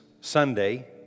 Sunday